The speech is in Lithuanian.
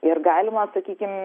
ir galima sakykim